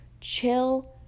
chill